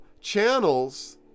channels